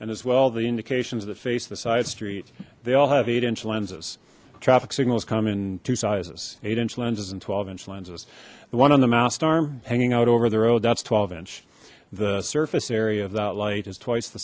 and as well the indications that face the side street they all have eight inch lenses traffic signals come in two sizes eight inch lenses and twelve inch lenses the one on the mast arm hanging out over the road that's twelve inch the surface area of that light is twice the